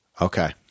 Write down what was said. Okay